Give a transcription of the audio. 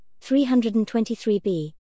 323B